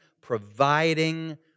providing